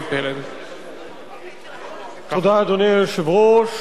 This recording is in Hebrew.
אדוני היושב-ראש,